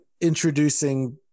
introducing